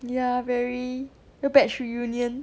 ya very your batch reunion